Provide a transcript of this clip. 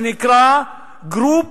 שנקרא Group